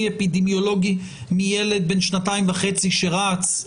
אפידמיולוגי מילד בן שנתיים וחצי שרץ,